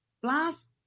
plus